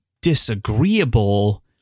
disagreeable